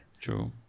True